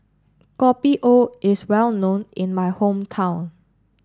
Kopi O is well known in my hometown